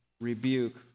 rebuke